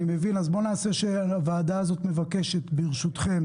אז בוא נקבע שהוועדה הזאת מבקשת ברשותכם